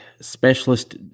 specialist